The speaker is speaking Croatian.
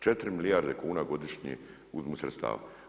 4 milijarde kuna godišnje uzimaju sredstava.